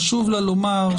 חשוב לה לומר,